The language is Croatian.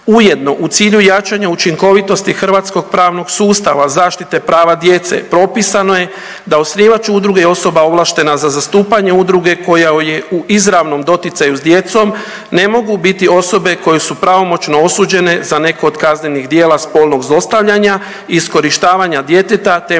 Ujedno u cilju jačanja učinkovitosti hrvatskog pravnog sustava zaštite prava djece propisano je da osnivač udruge je osoba ovlaštena za zastupanje udruge koja je u izravnom doticaju sa djecom ne mogu biti osobe koje su pravomoćno osuđene za neko od kaznenih djela spolnog zlostavljanja i iskorištavanja djeteta